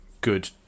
good